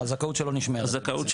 הזכאות שלו נשמרת,